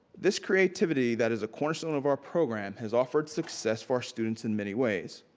this creativity that is a cornerstone of our program has offered success for our students in many ways.